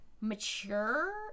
mature